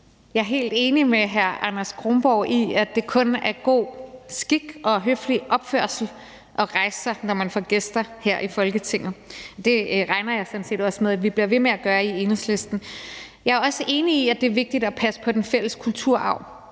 Jeg er helt enig med hr. Anders Kronborg i, at det kun er god skik og høflig opførsel at rejse sig, når man får gæster her i Folketinget. Det regner jeg sådan set også med at vi bliver ved med at gøre i Enhedslisten. Jeg er også enig i, at det er vigtigt at passe på den fælles kulturarv.